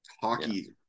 hockey